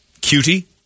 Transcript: Cutie